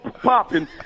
popping